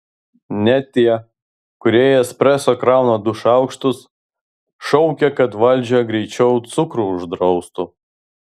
net tie kurie į espreso krauna du šaukštus šaukia kad valdžia greičiau cukrų uždraustų